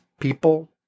people